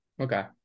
Okay